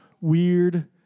weird